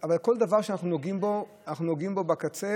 אבל כל דבר שאנחנו נוגעים בו, אנחנו נוגעים בקצה.